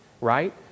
right